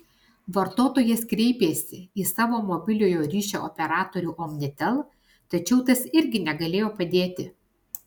vartotojas kreipėsi į savo mobiliojo ryšio operatorių omnitel tačiau tas irgi negalėjo padėti